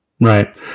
right